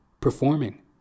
performing